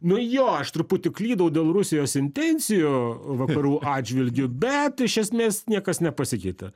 nu jo aš truputį klydau dėl rusijos intencijų vakarų atžvilgiu bet iš esmės niekas nepasikeitė